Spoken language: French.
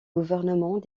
gouvernements